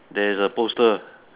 there is a poster